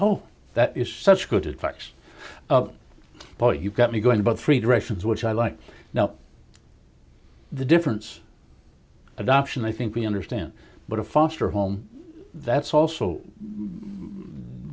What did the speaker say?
oh that is such good effects but you've got me going about three directions which i like now the difference adoption i think we understand but a foster home that's also